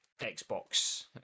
Xbox